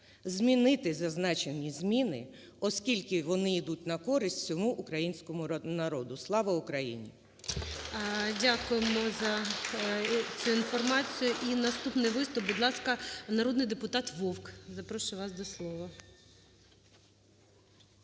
змінити зазначені зміни, оскільки вони йдуть на користь усьому українському народу. Слава Україні! (Оплески) ГОЛОВУЮЧИЙ. Дякуємо за цю інформацію. І наступний виступ. Будь ласка, народний депутат Вовк запрошую вас до слова.